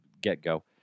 get-go